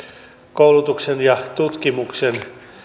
koulutuksen ja tutkimuksen